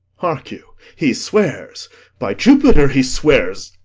hark you, he swears by jupiter he swears.